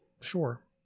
Sure